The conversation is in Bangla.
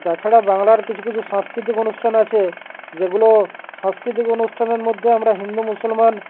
তাছাড়া বাংলার কিছু কিছু সাংস্কৃতিক অনুষ্ঠান আছে যেগুলো সাংস্কৃতিক অনুষ্ঠানের মধ্যে আমরা হিন্দু মুসলমান